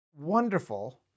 wonderful